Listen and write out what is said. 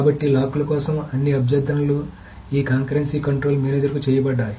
కాబట్టి లాక్ల కోసం అన్ని అభ్యర్థనలు ఈ కాంకరెన్సీ కంట్రోల్ మేనేజర్ కి చేయబడ్డాయి